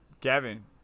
Kevin